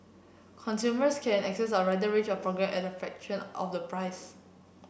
consumers can access a wider range of at a fraction of the price